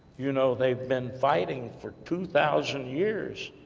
you know they've been fighting for two thousand years,